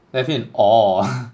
left you in awe